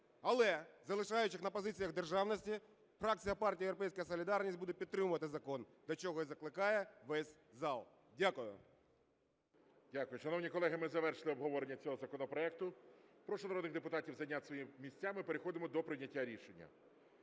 Але, залишаючись на позиціях державності, фракція партії "Європейська солідарність" буде підтримувати закон, до чого і закликає весь зал. Дякую. ГОЛОВУЮЧИЙ. Дякую. Шановні колеги, ми завершили обговорення цього законопроекту. Прошу народних депутатів зайняти свої місця, ми переходимо до прийняття рішення.